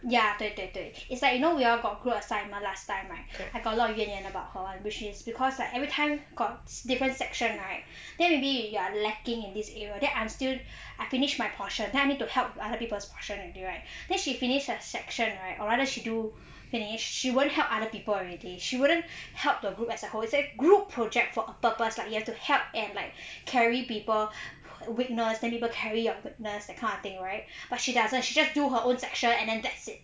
ya 对对对 it's like you know we all got group assignment last time right I got a lot of 怨言 about her [one] which is because like every time got different section right then maybe you're lacking in this area then I'm still I finished my portion then I need to help other people's portion already right then she finish her section right or rather she do finish she wont help other people already she wouldn't help the group as a whole it's a group project for a purpose like you have to help and like carry people weakness then people carry your weakness that kind of thing right but she doesn't she just do her own section then that's it